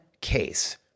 case